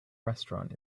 restaurant